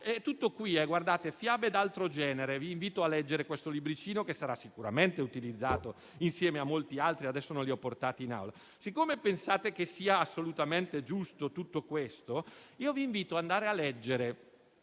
tutto qui: «Fiabe d'altro genere». Vi invito a leggere questo libricino, che sarà sicuramente utilizzato, insieme a molti altri che non ho portato in Aula. E visto che pensate che sia assolutamente giusto tutto ciò, vi invito a leggere